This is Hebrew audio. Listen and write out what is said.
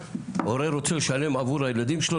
הורה רוצה לשלם עבור הילדים שלו,